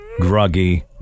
groggy